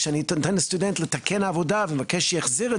כשאני נותן לסטודנט לתקן עבודה ומבקש שהוא יחזיר את